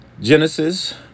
Genesis